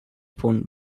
punt